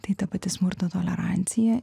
tai ta pati smurto tolerancija